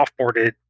offboarded